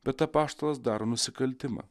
bet apaštalas daro nusikaltimą